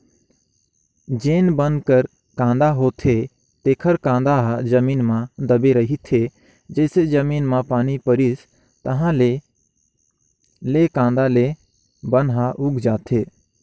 जेन बन कर कांदा होथे तेखर कांदा ह जमीन म दबे रहिथे, जइसे जमीन म पानी परिस ताहाँले ले कांदा ले बन ह उग जाथे